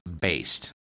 based